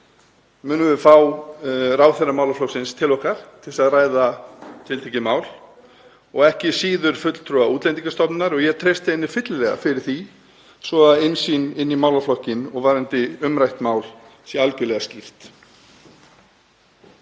munum við fá ráðherra málaflokksins til okkar til að ræða tiltekið mál — og ekki síður fulltrúa Útlendingastofnunar og ég treysti henni fyllilega fyrir því — svo að innsýn í málaflokkinn og varðandi umrætt mál sé algerlega skýr.